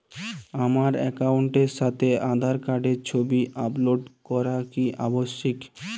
আমার অ্যাকাউন্টের সাথে আধার কার্ডের ছবি আপলোড করা কি আবশ্যিক?